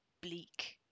bleak